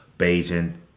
Beijing